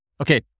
Okay